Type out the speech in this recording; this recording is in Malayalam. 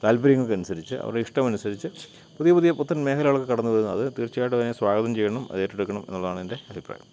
താല്പര്യങ്ങൾക്കനുസരിച്ച് അവരുടെ ഇഷ്ടമനുസരിച്ച് പുതിയ പുതിയ പുത്തൻ മേഖലകളൊക്കെ കടന്നുവരുന്നു അത് തീർച്ചയായിട്ടും അതിനെ സ്വാഗതം ചെയ്യണം അത് ഏറ്റെടുക്കണം എന്നുള്ളതാണെൻ്റെ അഭിപ്രായം